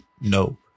No